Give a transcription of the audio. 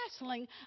wrestling